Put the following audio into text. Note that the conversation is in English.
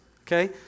okay